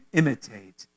imitate